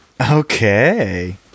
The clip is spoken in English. Okay